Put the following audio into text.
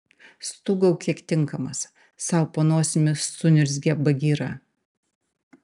stūgauk kiek tinkamas sau po nosimi suniurzgė bagira